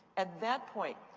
at that point,